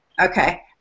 Okay